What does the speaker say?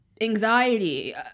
Anxiety